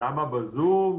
למה בזום?